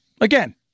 Again